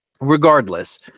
Regardless